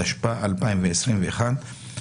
(תיקון), התשפ"א-2021,